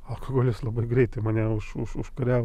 alkoholis labai greitai mane už už užkariavo